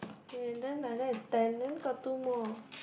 okay then like that is ten then got two more